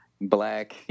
Black